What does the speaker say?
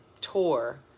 tour